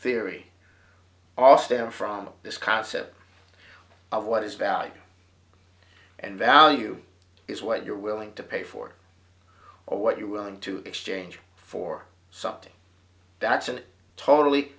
theory all stem from this concept of what is value and value is what you're willing to pay for or what you're willing to exchange for something that's a totally